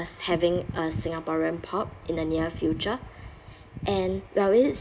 us having a singaporean pop in the near future and well it's